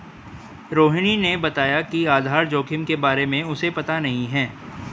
रोहिणी ने बताया कि आधार जोखिम के बारे में उसे पता नहीं है